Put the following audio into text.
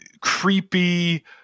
creepy